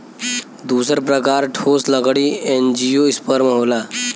दूसर प्रकार ठोस लकड़ी एंजियोस्पर्म होला